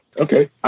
Okay